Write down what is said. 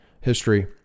history